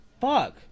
Fuck